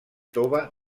tova